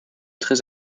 très